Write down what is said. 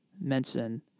mention